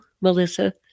Melissa